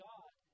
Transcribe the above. God